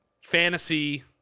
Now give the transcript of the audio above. fantasy